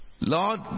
Lord